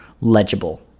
legible